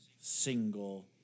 single